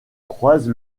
croise